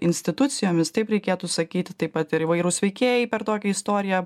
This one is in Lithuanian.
institucijomis taip reikėtų sakyti taip pat ir įvairūs veikėjai per tokią istoriją